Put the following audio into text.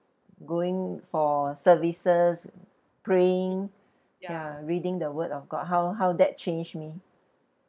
going for services praying ya reading the word of god how how that changed me